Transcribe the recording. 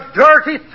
dirty